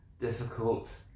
difficult